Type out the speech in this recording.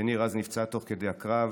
וניר אז נפצע תוך כדי הקרב.